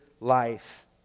life